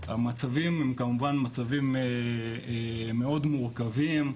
המצבים הם מצבים מאוד מורכבים,